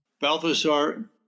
Balthasar